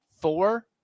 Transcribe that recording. four